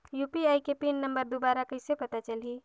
UPI के pin number दुबारा कइसे पता चलही?